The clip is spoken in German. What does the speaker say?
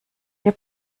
hier